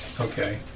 Okay